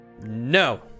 no